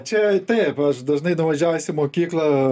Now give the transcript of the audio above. čia taip aš dažnai nuvažiavęs į mokyklą